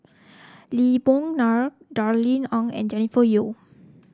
Lee Boon Ngan Darrell Ang and Jennifer Yeo